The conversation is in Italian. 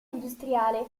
industriale